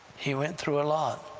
he went through a lot.